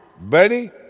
Buddy